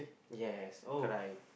yes cry